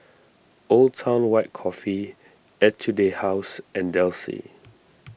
Old Town White Coffee Etude House and Delsey